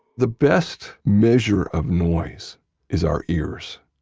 the best measure of noise is our ears.